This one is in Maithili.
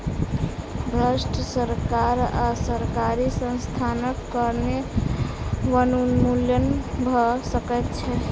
भ्रष्ट सरकार आ सरकारी संस्थानक कारणें वनोन्मूलन भ सकै छै